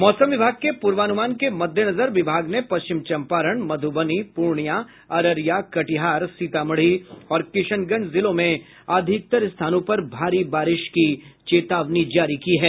मौसम विभाग के पूर्वानुमान के मद्देनजर विभाग ने पश्चिम चंपारण मधुबनी पूर्णिया अररिया कटिहार सीतामढ़ी और किशनगंज जिलों में अधिकतर स्थानों पर भारी बारिश हो सकती है